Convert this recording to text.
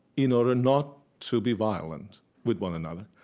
in order not to be violent with one another?